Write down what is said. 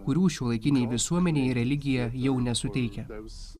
kurių šiuolaikinei visuomenei religija jau nesuteikia jiems